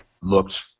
looked